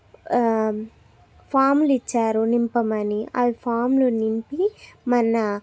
ఫామ్లు ఇచ్చారు నింపమని ఆ ఫామ్లు నింపి మన